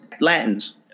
Latins